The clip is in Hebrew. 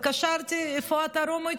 התקשרתי: איפה אתה, רומוץ'?